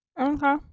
Okay